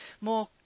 more